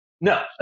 No